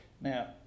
Now